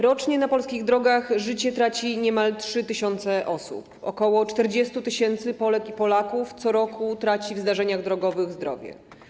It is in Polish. Rocznie na polskich drogach życie traci niemal 3 tys. osób, ok. 40 tys. Polek i Polaków co roku traci w zdarzeniach drogowych zdrowie.